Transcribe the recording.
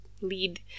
Lead